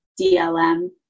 DLM